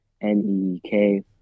N-E-K